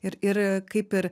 ir ir kaip ir